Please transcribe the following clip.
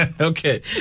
okay